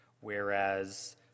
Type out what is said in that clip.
whereas